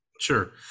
Sure